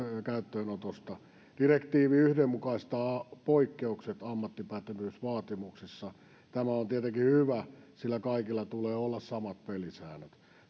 käyttöönotosta direktiivi yhdenmukaistaa poikkeukset ammattipätevyysvaatimuksissa tämä on tietenkin hyvä sillä kaikilla tulee olla samat pelisäännöt